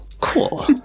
Cool